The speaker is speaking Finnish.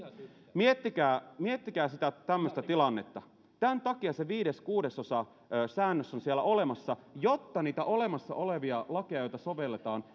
miettikää miettikää tämmöistä tilannetta tämän takia se viiden kuudesosan säännös on siellä olemassa jotta niitä olemassa olevia lakeja joita sovelletaan